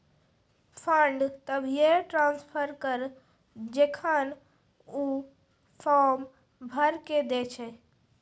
fund तभिये transfer करऽ जेखन ऊ फॉर्म भरऽ के दै छै